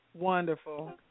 Wonderful